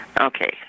Okay